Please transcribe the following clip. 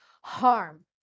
harm